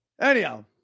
Anyhow